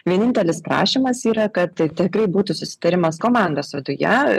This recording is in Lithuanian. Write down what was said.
vienintelis prašymas yra kad tikrai būtų susitarimas komandos viduje